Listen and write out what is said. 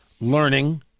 Learning